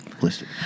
listed